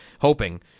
hoping